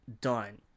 done